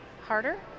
harder